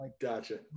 Gotcha